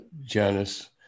Janice